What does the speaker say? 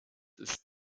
ist